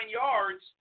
yards